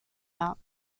out